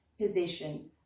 position